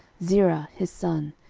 zerah his son,